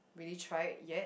really tried yet